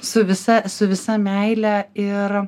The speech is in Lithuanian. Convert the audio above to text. su visa su visa meile ir